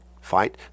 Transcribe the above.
fight